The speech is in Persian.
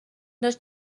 داشت